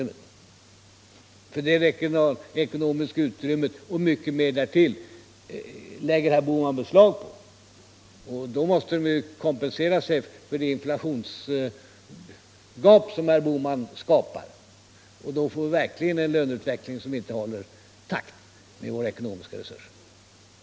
Herr Bohman lägger nämligen beslag på det realekonomiska utrymmet och mycket mer därtill, och då måste ju löntagarna kompensera sig för det inflationsgap som herr Bohman skapar. I så fall får vi verkligen en löneutveckling som inte håller takten med våra ekonomiska resurser.